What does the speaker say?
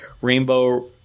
Rainbow